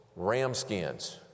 ramskins